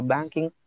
Banking